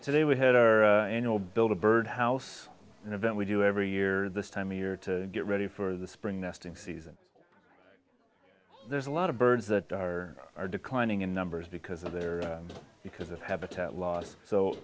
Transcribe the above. today we had our annual build a birdhouse an event we do every year this time of year to get ready for the spring nesting season there's a lot of birds that are are declining in numbers because of their because of habitat loss so